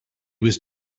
was